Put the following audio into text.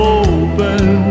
open